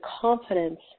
confidence